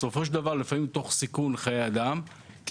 בסופו של דבר תוך סיכון חיי אדם בחלק מהמקרים,